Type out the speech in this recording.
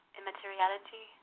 immateriality